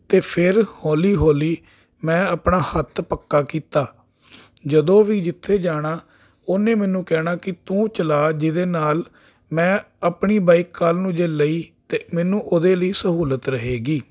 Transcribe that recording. ਅਤੇ ਫਿਰ ਹੌਲੀ ਹੌਲੀ ਮੈਂ ਆਪਣਾ ਹੱਥ ਪੱਕਾ ਕੀਤਾ ਜਦੋਂ ਵੀ ਜਿੱਥੇ ਜਾਣਾ ਉਹਨੇ ਮੈਨੂੰ ਕਹਿਣਾ ਕਿ ਤੂੰ ਚਲਾ ਜਿਹਦੇ ਨਾਲ ਮੈਂ ਆਪਣੀ ਬਾਈਕ ਕੱਲ੍ਹ ਨੂੰ ਜੇ ਲਈ ਤਾਂ ਮੈਨੂੰ ਉਹਦੇ ਲਈ ਸਹੂਲਤ ਰਹੇਗੀ